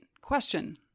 question